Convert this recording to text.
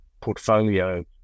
portfolio